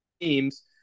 teams